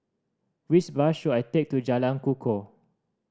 which bus should I take to Jalan Kukoh